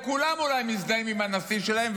או אולי כולם מזדהים עם הנשיא שלהם,